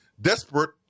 desperate